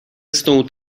stąd